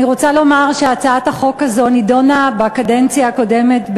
אני רוצה לומר שהצעת החוק הזו נדונה בקדנציה הקודמת,